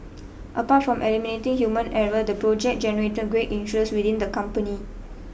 apart from eliminating human error the project generated great interest within the company